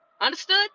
Understood